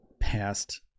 past